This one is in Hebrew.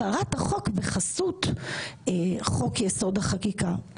הפרת החוק בחסות חוק יסוד: החקיקה.